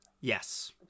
Yes